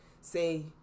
say